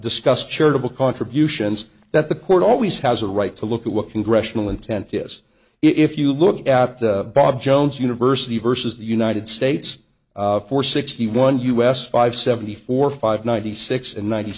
discussed charitable contributions that the court always has a right to look at what congressional intent is if you look at bob jones university versus the united states for sixty one us five seventy four five ninety six and ninety